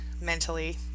mentally